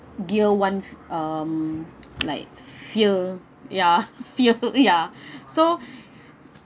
year one um like fear ya fear ya so